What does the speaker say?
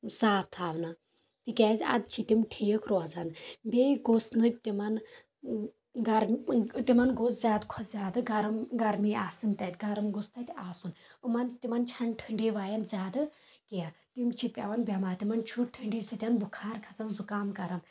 صاف تھاونہٕ تِکیٚازِ اَدٕ چھِ تِم ٹھیٖک روزان بیٚیہِ گوژھ نہٕ تِمن تِمن گوژھ زیادٕ کھۄتہٕ زیادٕ گرم گرمی آسٕنۍ تَتہِ گرُم گوژھ تَتہِ آسُن یِمن تِمن چھےٚ نہٕ ٹھنٛڈی وَیان زیادٕ کیٚنٛہہ تِم چھِ پیٚوان بیمار تِمن چھُ ٹھنٛڈی سۭتۍ بُخار کھسان زُکام کران